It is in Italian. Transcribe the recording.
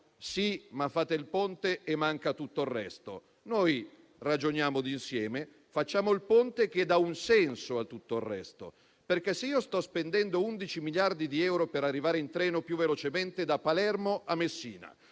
che facciamo il Ponte quando manca tutto il resto. Noi ragioniamo di insieme: facciamo il Ponte che dà un senso a tutto il resto, perché se sto spendendo 11 miliardi di euro per arrivare in treno più velocemente da Palermo a Messina